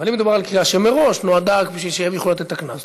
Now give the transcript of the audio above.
אבל אם מדובר על קריאה שמראש נועדה רק בשביל שהם יוכלו לתת את הקנס,